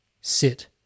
sit